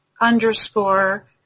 underscore